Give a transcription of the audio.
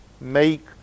make